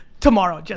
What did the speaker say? tomorrow, yeah